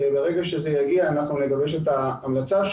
וברגע שזה יגיע נגבש את ההמלצה.